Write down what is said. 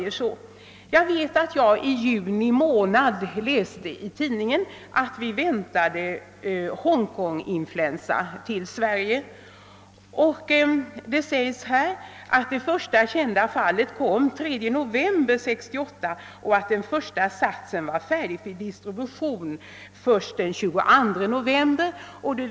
Redan i juni läste jag i pressen att Hongkonginfluensan väntades till Sverige. I svaret anförs att det första kända fallet inträffade den 3 november 1968 och att den första satsen av influensavaccin var färdig för distribution den 22 november.